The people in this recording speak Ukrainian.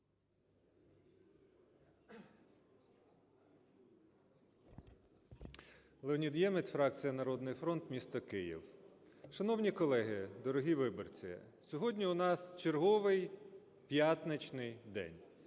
Леонід Ємець, фракція "Народний фронт", місто Київ. Шановні колеги, дорогі виборці, сьогодні у нас черговий п'ятничний день